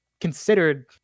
considered